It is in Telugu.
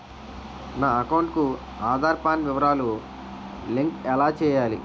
నా అకౌంట్ కు ఆధార్, పాన్ వివరాలు లంకె ఎలా చేయాలి?